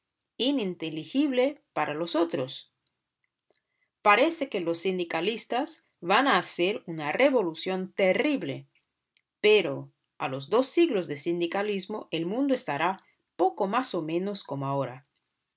ininteligible para los otros parece que los sindicalistas van a hacer una revolución terrible pero a los dos siglos de sindicalismo el mundo estará poco más o menos como ahora